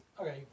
Okay